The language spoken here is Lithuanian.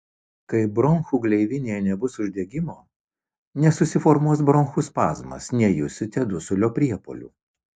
kai bronchų gleivinėje nebus uždegimo nesusiformuos bronchų spazmas nejusite dusulio priepuolių